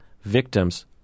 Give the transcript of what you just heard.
victims